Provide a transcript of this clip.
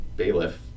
Bailiff